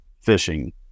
fishing